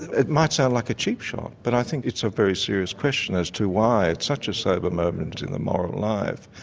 it might sound like a cheap shot but i think it's a very serious question as to why, at such a sober moment as in the moral life,